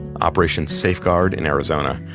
operation safeguard in arizona.